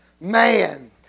man